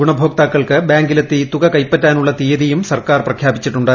ഗുണഭോക്താക്ക് ബാങ്കിലെത്തി തുക കൈപ്പറ്റാനുള്ള തീയതിയും സർക്കാർ പ്രഖ്യാപിച്ചിട്ടുണ്ട്